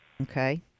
okay